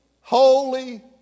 holy